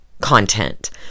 content